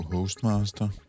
Hostmaster